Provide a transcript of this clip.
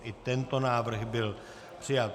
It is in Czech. I tento návrh byl přijat.